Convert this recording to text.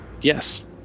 yes